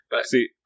See